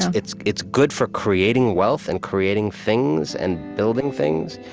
and it's it's good for creating wealth and creating things and building things,